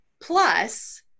Plus